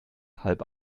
halb